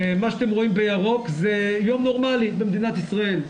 מה שאתם רואים בירוק, זה יום נורמלי במדינת ישראל.